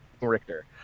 Richter